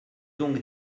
donc